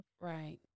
right